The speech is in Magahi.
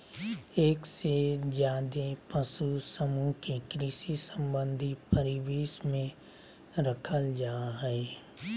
एक से ज्यादे पशु समूह के कृषि संबंधी परिवेश में रखल जा हई